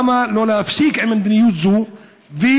למה לא להפסיק עם מדיניות זו ולהתחיל